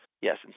Yes